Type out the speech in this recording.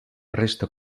resta